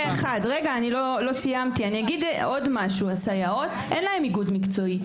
עוד משהו, לסייעות אין איגוד מקצועי.